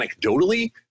anecdotally